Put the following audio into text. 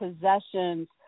possessions